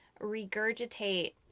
regurgitate